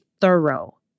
thorough